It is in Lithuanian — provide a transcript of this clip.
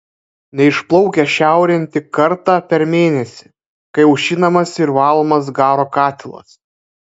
neišplaukia šiaurėn tik kartą per mėnesį kai aušinamas ir valomas garo katilas